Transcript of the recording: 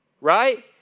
Right